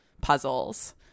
puzzles